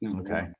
Okay